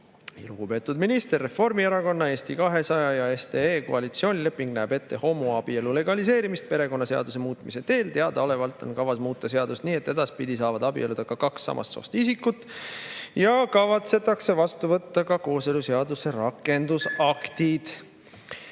Lugupeetud minister! Reformierakonna, Eesti 200 ja SDE koalitsioonileping näeb ette homoabielu legaliseerimist perekonnaseaduse muutmise teel. Teadaolevalt on kavas muuta seadust nii, et edaspidi saavad abielluda ka kaks samast soost isikut, samuti kavatsetakse vastu võtta kooseluseaduse rakendusaktid.